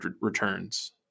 returns